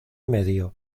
medio